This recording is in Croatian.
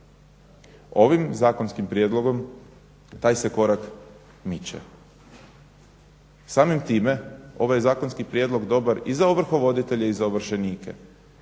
Ovim zakonskim prijedlogom taj se korak miče. Samim time ovaj je zakonski prijedlog dobar i za ovrhovoditelje i za ovršenike